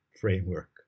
framework